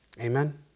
Amen